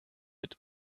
mit